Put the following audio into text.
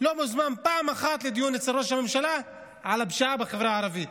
לא מוזמן פעם אחת לדיון אצל ראש הממשלה על הפשיעה בחברה הערבית?